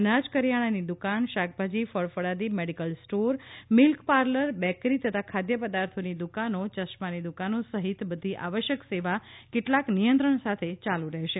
અનાજ કરિયાણાની દુકાન શાકભાજી ફળ ફળાદિ medical store milk parlour bakery તથા ખાદ્યપદાર્થોની દુકાનો ચશ્માની દુકાનો સહિત બધી આવશ્યક સેવા કેટલાક નિયંત્રણ સાથે ચાલુ રહેશે